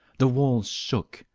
the walls shook,